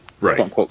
Right